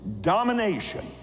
domination